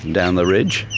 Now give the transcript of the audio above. down the ridge.